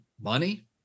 money